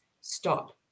Stop